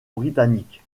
britannique